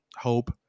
Hope